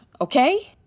okay